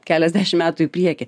keliasdešim metų į priekį